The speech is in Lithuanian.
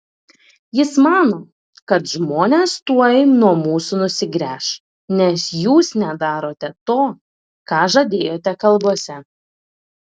jis mano kad žmonės tuoj nuo mūsų nusigręš nes jūs nedarote to ką žadėjote kalbose